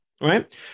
Right